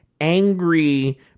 angry